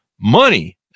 money